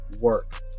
work